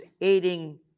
aiding